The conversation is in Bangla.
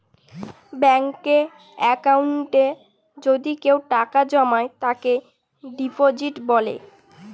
ব্যাঙ্কে একাউন্টে যদি কেউ টাকা জমায় তাকে ডিপোজিট বলে